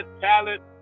talent